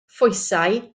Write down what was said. phwysau